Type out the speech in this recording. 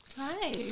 Hi